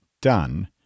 done